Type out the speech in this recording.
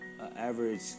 average